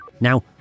Now